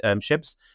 ships